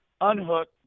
unhook